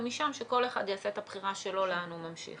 ומשם שכל אחד יעשה את הבחירה שלו לאן הוא ממשיך.